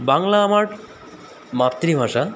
বাংলা আমার মাতৃভাষা